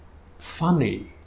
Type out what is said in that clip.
funny